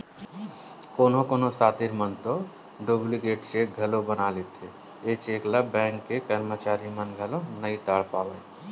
कोनो कोनो सातिर मन तो डुप्लीकेट चेक घलोक बना लेथे, ए चेक ल बेंक के करमचारी मन घलो नइ ताड़ पावय